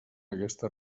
aquesta